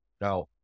Now